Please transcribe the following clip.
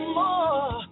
more